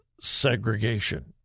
segregation